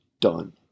done